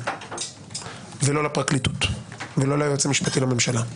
ולא לפרקליטות ולא ליועץ המשפטי לממשלה.